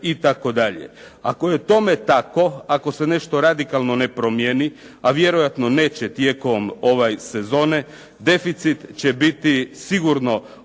Ako je tome tako, ako se nešto radikalno ne promjeni, a vjerojatno neće tijekom sezone, deficit će biti sigurno onih